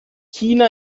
china